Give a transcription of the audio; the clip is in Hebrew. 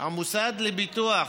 המוסד לביטוח